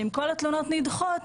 שאם כל התלונות נדחות,